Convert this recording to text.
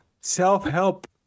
self-help